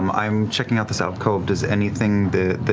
um i'm checking out this alcove. does anything that